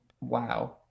wow